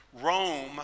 Rome